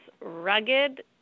rugged